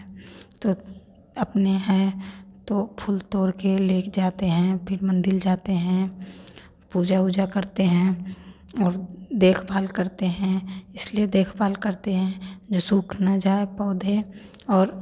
तो अपने हैं तो फूल तोड़ कर ले जाते हैं फिर मंदिर जाते हैं पूजा उजा करते हैं और देख भाल करते हैं इसलिए देख भाल करते हैं जो सूख न जाएँ पौधे और